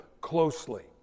closely